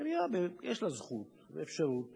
יש לה זכות ואפשרות